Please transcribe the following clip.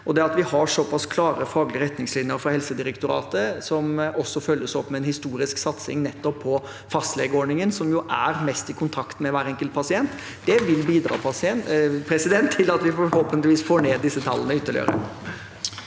vi har såpass klare faglige retningslinjer fra Helsedirektoratet, som også følges opp med en historisk satsing nettopp på fastlegeordningen – fastlegene er jo mest i kontakt med hver enkelt pasient – vil bidra til at vi forhåpentligvis får ned disse tallene ytterligere.